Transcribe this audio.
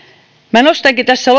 minä nostankin tässä